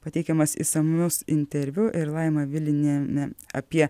pateikiamas išsamus interviu ir laima vilinienė apie